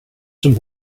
some